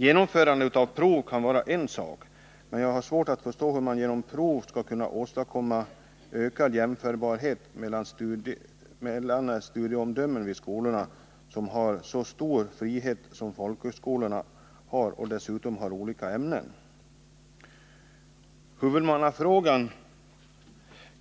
Genomförande av prov kan vara en sak, men jag har svårt att förstå hur man genom prov skall kunna åstadkomma ökad jämförbarhet mellan studieomdömen vid skolor som har så stor frihet som folkhögskolorna, som dessutom har olika huvudmän. Huvudmannafrågan